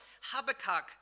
Habakkuk